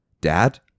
Dad